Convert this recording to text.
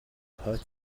хойд